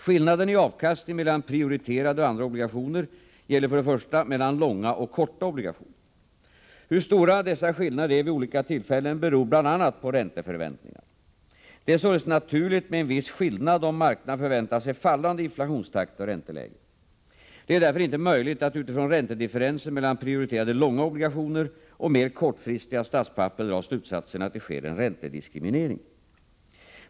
Skillnaden i avkastning mellan prioriterade och andra obligationer gäller för det första mellan långa och korta obligationer. Hur stora dessa skillnader är vid olika tillfällen beror bl.a. på ränteförväntningarna. Det är således naturligt med en viss skillnad om marknaden förväntar sig fallande inflationstakt och ränteläge. Det är därför inte möjligt att utifrån räntedifferensen mellan prioriterade långa obligationer och mer kortfristiga statspapper dra slutsatsen att det sker en räntediskriminering.